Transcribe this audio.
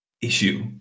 issue